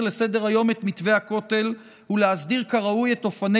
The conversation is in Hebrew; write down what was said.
לסדר-היום את מתווה הכותל ולהסדיר כראוי את אופני